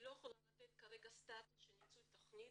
לא יכולה לתת כרגע סטטוס של ניצול תכנית.